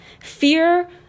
Fear